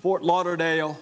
fort lauderdale